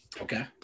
Okay